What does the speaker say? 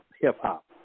hip-hop